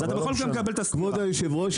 אתה בכל מצב מקבל את הסטירה --- כבוד היושב ראש,